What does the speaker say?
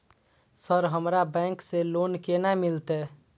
Sir हमरा bank से loan केना मिलते?